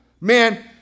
Man